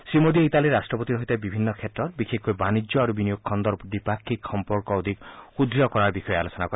শ্ৰীমোদীয়ে ইটালীৰ ৰট্টপতিৰ সৈতে বিভিন্ন ক্ষেত্ৰত বিশেষকৈ বাণিজ্য আৰু বিনিয়োগ খণ্ডৰ দ্বিপাক্ষিক সম্পৰ্ক অধিক সুদ্য় কৰাৰ বিষয়ে আলোচনা কৰে